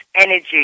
energy